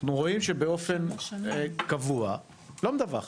אנחנו רואים שבאופן קבוע החברה לא מדווחת.